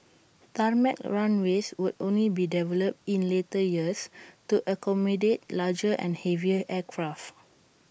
tarmac runways would only be developed in later years to accommodate larger and heavier aircraft